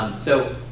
so